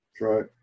right